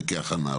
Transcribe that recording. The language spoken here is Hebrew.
כהכנה,